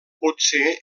potser